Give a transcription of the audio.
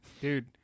Dude